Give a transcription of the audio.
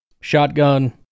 shotgun